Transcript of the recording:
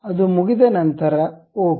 ಅದು ಮುಗಿದ ನಂತರ ಓಕೆ